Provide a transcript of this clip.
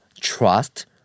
trust